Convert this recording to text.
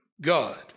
God